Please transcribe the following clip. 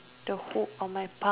the hook on my palm